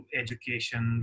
education